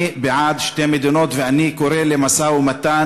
אני בעד שתי מדינות, ואני קורא למשא-ומתן,